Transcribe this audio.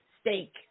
Steak